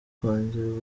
kongererwa